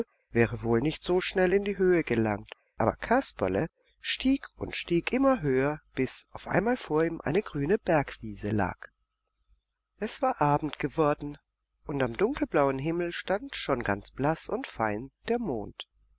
wäre wohl nicht so schnell in die höhe gelangt aber kasperle stieg und stieg immer höher bis auf einmal vor ihm eine grüne bergwiese lag es war abend geworden und am dunkelblauen himmel stand schon ganz blaß und fein der mond